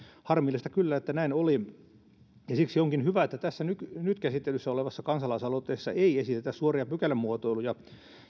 harmillista kyllä näin oli ja siksi onkin hyvä että tässä nyt nyt käsittelyssä olevassa kansalaisaloitteessa ei esitetä suoria pykälämuotoiluja